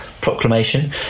Proclamation